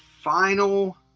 final